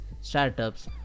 startups